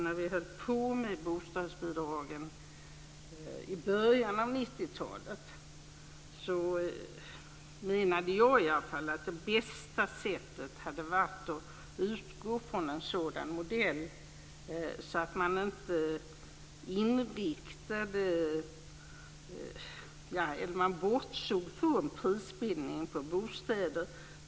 När vi höll på med bostadsbidragen i början av 90-talet menade jag i alla fall att det bästa sättet hade varit att utgå från en modell där man inte bortsåg från prisbildningen på bostäder.